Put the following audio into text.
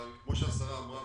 אבל כמו שהשרה אמרה,